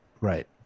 Right